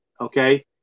Okay